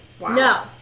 No